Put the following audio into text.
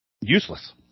useless